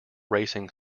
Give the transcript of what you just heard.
racing